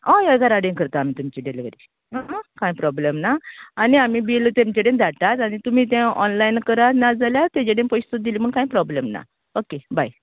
हय हय घराडेन करता आमी तुमची डिलीवरी हां कांय प्रोब्लम ना आनी आमी बिल तेंचे कडेन धाडटात आनी तुमी तें ऑनलायन करा नाजाल्यार तेचे कडेन पयशें सुद्दां दिले म्हूण कांयच प्रोब्लम ना ओके बाय